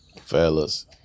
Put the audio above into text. Fellas